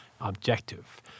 objective